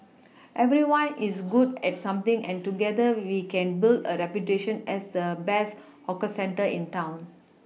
everyone is good at something and together we can build a reputation as the best 'hawker centre' in town